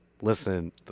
listen